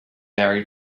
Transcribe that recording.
married